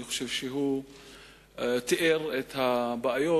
אני חושב שהוא תיאר את הבעיות